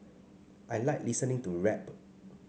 I like listening to rap